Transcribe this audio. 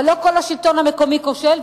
אבל לא כל השלטון המקומי כושל,